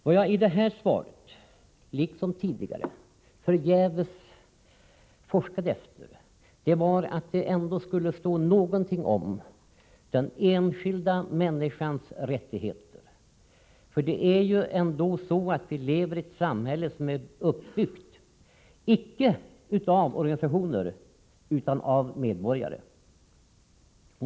Vad jag i det här svaret, liksom i tidigare svar, förgäves har forskat efter är någonting om den enskilda människans rättigheter. Vi lever ändå i ett samhälle som är uppbyggt icke av organisationer utan av medborgare.